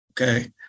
okay